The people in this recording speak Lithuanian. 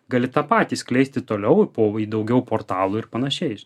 gali tą patį skleisti toliau po vai daugiau portalų ir panašiai